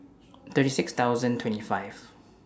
thirty six thousand twenty five